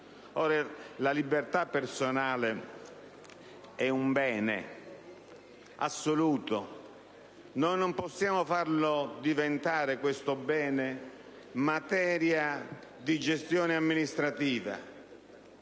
La libertà personale è un bene assoluto, e noi non possiamo farlo diventare materia di gestione amministrativa.